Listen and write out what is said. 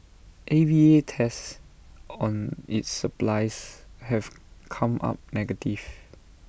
A V A tests on its supplies have come up negative